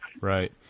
Right